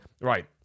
right